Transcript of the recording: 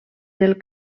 del